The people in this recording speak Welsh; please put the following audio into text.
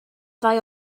ddau